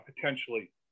potentially